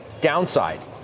downside